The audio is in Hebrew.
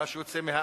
מה שיוצא מהאפליה,